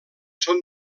són